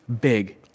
big